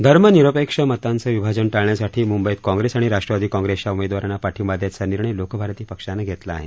धर्मनिरपेक्ष मतांचं विभाजन टाळण्यासाठी मंबईत काँग्रेस आणि राष्ट्रवादी काँग्रेसच्या उमेदवारांना पाठींबा दयायचा निर्णय लोकभारती पक्षानं घेतला आहे